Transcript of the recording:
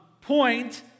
point